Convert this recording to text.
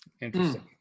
Interesting